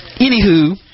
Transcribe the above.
Anywho